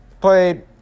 played